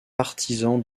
partisan